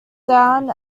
down